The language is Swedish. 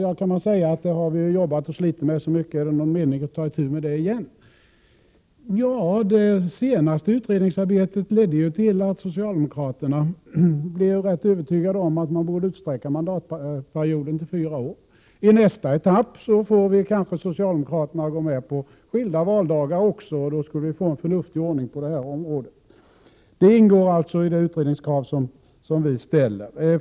Vi har arbetat och slitit med dessa frågor så mycket. Är det någon mening med att ta itu med det igen? Det senaste utredningsarbetet ledde till att socialdemokraterna blev ganska övertygade om att man skall utsträcka mandatperioden till fyra år. I nästa etapp kanske vi får socialdemokraterna att gå med på skilda valdagar också. Då skulle vi få en förnuftig ordning på detta område. Det ingår således i de utredningskrav vi ställer.